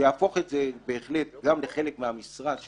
זה יהפוך את זה בהחלט גם בחלק מהמשרה,